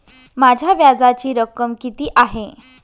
माझ्या व्याजाची रक्कम किती आहे?